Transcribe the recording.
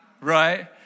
right